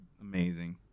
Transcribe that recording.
amazing